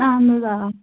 اہن حظ آ